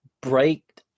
break